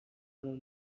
عمو